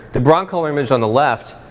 the broncolor image on the left,